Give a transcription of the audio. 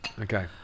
Okay